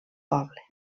poble